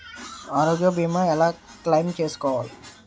ఆరోగ్య భీమా ఎలా క్లైమ్ చేసుకోవాలి?